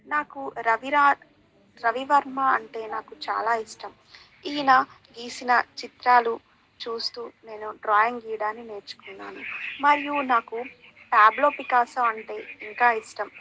నాకు రవివర్మ అంటే నాకు చాలా ఇష్టం ఈయన గీసిన చిత్రాలు చూస్తూ నేను డ్రాయింగ్ గీయడాన్ని నేర్చుకున్నాను మరియు నాకు పాబ్లో పికాసో అంటే ఇంకా ఇష్టం